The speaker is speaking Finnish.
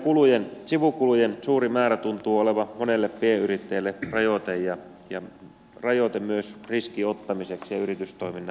työnantajan sivukulujen suuri määrä tuntuu olevan monelle pienyrittäjälle rajoite ja rajoite myös riskin ottamisessa ja yritystoiminnan laajentamisessa